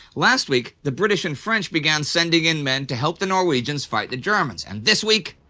last week the british and french began sending in men to help the norwegians fight the germans, and this week?